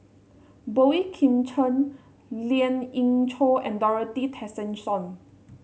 Boey Kim Cheng Lien Ying Chow and Dorothy Tessensohn